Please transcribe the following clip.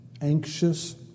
anxious